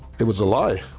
it was a lie.